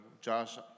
Josh